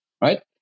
right